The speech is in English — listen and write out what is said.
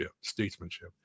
Statesmanship